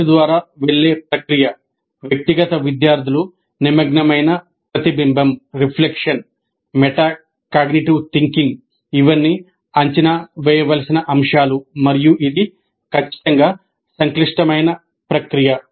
జట్టు ద్వారా వెళ్ళే ప్రక్రియ వ్యక్తిగత విద్యార్థులు నిమగ్నమైన ప్రతిబింబం మెటాకాగ్నిటివ్ థింకింగ్ ఇవన్నీ అంచనా వేయవలసిన అంశాలు మరియు ఇది ఖచ్చితంగా సంక్లిష్టమైన ప్రక్రియ